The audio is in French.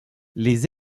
les